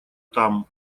там